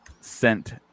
sent